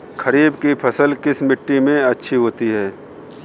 खरीफ की फसल किस मिट्टी में अच्छी होती है?